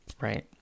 right